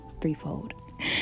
threefold